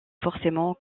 forcément